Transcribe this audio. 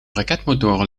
raketmotoren